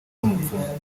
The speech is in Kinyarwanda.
n’umupfumu